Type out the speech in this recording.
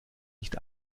nicht